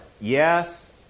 yes